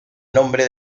nombre